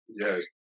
yes